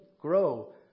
grow